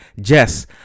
jess